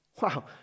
Wow